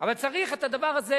אבל צריך את הדבר הזה